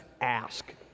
ask